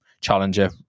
challenger